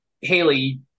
Haley